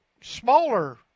smaller